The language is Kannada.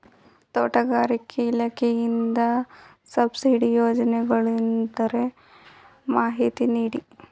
ತೋಟಗಾರಿಕೆ ಇಲಾಖೆಯಿಂದ ಸಬ್ಸಿಡಿ ಯೋಜನೆಗಳಿದ್ದರೆ ಮಾಹಿತಿ ನೀಡಿ?